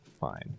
Fine